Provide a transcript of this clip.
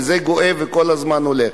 וזה גואה וכל הזמן עולה.